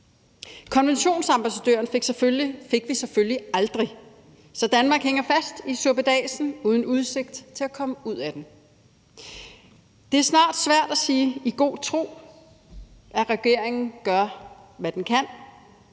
Konventionsambassadøren fik vi selvfølgelig aldrig, så Danmark hænger fast i suppedasen uden udsigt til at komme ud af den. Det er snart svært at sige »i god tro« – at regeringen gør, hvad den kan.